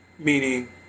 Meaning